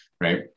right